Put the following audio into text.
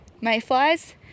mayflies